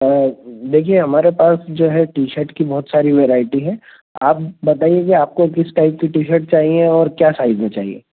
देखिए हमारे पास जो है टी शर्ट की बहुत सारी वेरायटी है आप बताइए कि आप को किस टाइप की टी शर्ट चाहिए और क्या साइज में चाहिए